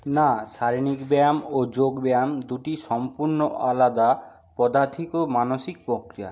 না শারীরিক ব্যায়াম ও যোগ ব্যায়াম দুটি সম্পূর্ণ আলাদা পদাথিক ও মানসিক প্রক্রিয়া